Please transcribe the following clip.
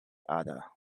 other